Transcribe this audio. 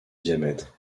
diamètre